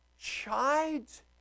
chides